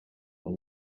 the